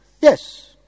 Yes